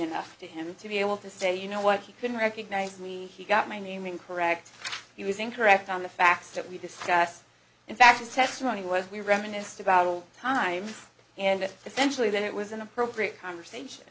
enough to him to be able to say you know what he couldn't recognize me he got my name in correct he was incorrect on the fact that we discussed in fact a test run it was we reminisced about all time and it essentially then it was an appropriate conversation